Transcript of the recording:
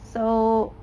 so